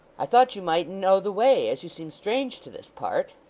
i thought you mightn't know the way, as you seem strange to this part